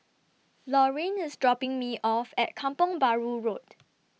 Laurine IS dropping Me off At Kampong Bahru Road